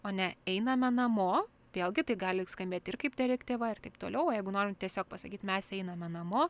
o ne einame namo vėlgi tai gali skambėt ir kaip direktyva ir taip toliau o jeigu norim tiesiog pasakyt mes einame namo